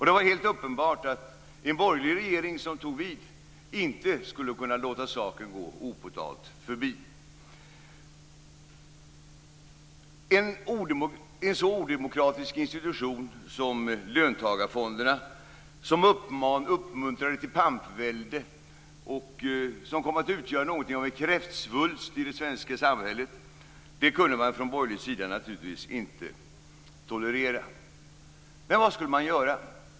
Det var helt uppenbart att en borgerlig regering som tog vid inte skulle kunna låta saken gå opåtalad förbi. En så odemokratisk institution som löntagarfonderna, som uppmuntrade till pampvälde och som kom att utgöra något av en kräftsvulst i det svenska samhället, kunde man från borgerlig sida naturligtvis inte tolerera. Men vad skulle man göra?